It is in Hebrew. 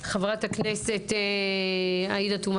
חברת הכנסת עאידה תומא